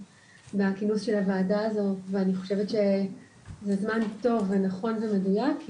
בכינוס של הוועדה הזאת ואני חושבת שזה זמן טוב ונכון ומדוייק,